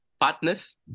partners